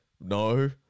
No